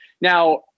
Now